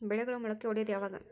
ಬೆಳೆಗಳು ಮೊಳಕೆ ಒಡಿಯೋದ್ ಯಾವಾಗ್?